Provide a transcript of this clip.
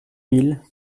mille